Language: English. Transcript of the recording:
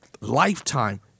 lifetime